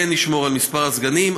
כן נשמור על מספר הסגנים,